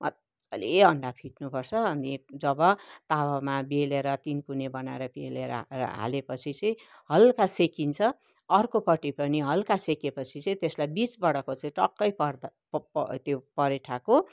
मज्जाले अन्डा फिट्नुपर्छ अनि जब तावामा बेलेर तिनकुने बनाएर बेलेर हा हालेपछि चाहिँ हल्का सेकिन्छ अर्कोपट्टि पनि हल्का सेकेपछि चाहिँ त्यसलाई बिचबाटको चाहिँ टक्कै त्यो परठाको